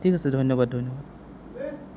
ঠিক আছে ধন্যবাদ ধন্যবাদ